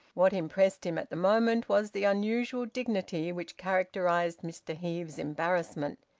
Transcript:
what impressed him at the moment was the unusual dignity which characterised mr heve's embarrassment.